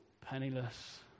penniless